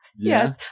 Yes